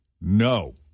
No